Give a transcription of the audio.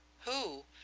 who?